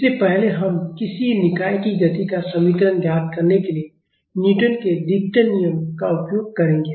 इसलिए पहले हम किसी निकाय की गति का समीकरण ज्ञात करने के लिए न्यूटन के द्वितीय नियम का उपयोग करेंगे